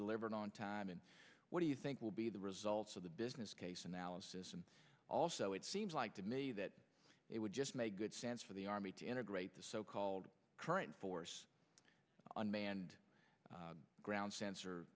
delivered on time and what do you think will be the results of the business case analysis and also it seems like to me that it would just make good sense for the army to enter great the so called current force unmanned ground sensor